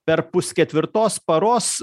per pusketvirtos paros